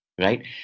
Right